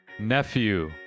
Nephew